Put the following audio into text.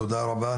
תודה רבה.